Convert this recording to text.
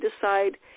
decide